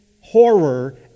horror